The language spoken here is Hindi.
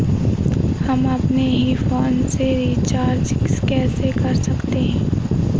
हम अपने ही फोन से रिचार्ज कैसे कर सकते हैं?